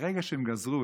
ברגע שהם גזרו,